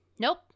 Nope